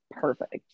perfect